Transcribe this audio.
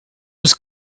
was